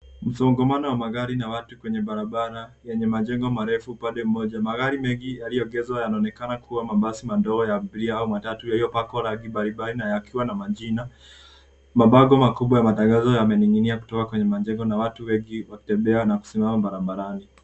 Msongamano wa magari na watu kwenye barabara yenye majengo marefu upande mmoja, magari mengi yaliyoegezwa yanaonekana kuwa mabasi madogo ya abiria au matatu yaliyopakwa rangi mbalimbali na yakiwa na majina, mabango makubwa ya matangazo yameninginia kutoka kwenye majengo na watu wengi wakitembea na kusimama barabarani.